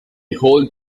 whole